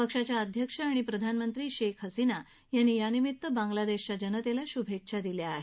पक्षाच्या अध्यक्ष आणि प्रधानमंत्री शेख हसिना यांनी यानिमित्त बांगलादेशच्या जनतेला शभेच्छा दिल्या आहेत